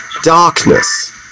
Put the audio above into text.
darkness